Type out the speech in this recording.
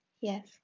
Yes